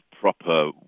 proper